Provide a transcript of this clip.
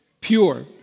pure